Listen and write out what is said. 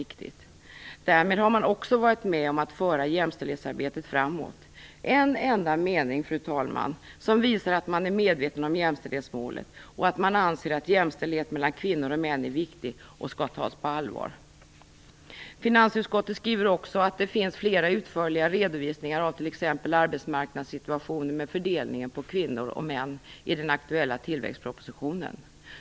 Därmed har man också varit med om att föra jämställdhetsarbetet framåt. Fru talman! Direktivet innehåller en enda mening som visar att man är medveten om jämställdhetsmålet och att man anser att jämställdhet mellan kvinnor och män är viktigt och skall tas på allvar. Finansutskottet skriver också att det i den aktuella tillväxtpropositionen finns flera utförliga redovisningar av exempelvis fördelningen av kvinnor och män på arbetsmarknaden.